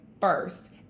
first